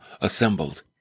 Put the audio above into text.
assembled